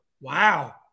Wow